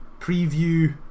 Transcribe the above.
preview